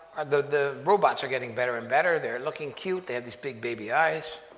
the robots are getting better and better they're looking cute. they have these big baby eyes,